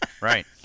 Right